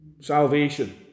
Salvation